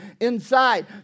inside